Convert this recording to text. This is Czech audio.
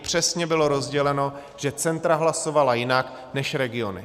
Přesně bylo rozděleno, že centra hlasovala jinak než regiony.